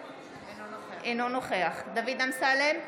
אינו נוכח דוד אמסלם,